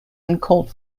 uncalled